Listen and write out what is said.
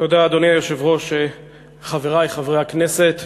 אדוני היושב-ראש, תודה, חברי חברי הכנסת,